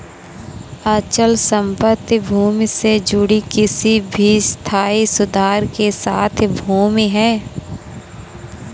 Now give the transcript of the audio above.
अचल संपत्ति भूमि से जुड़ी किसी भी स्थायी सुधार के साथ भूमि है